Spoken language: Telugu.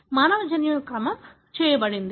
మానవ జన్యువు క్రమం చేయబడింది